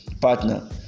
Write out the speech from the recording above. partner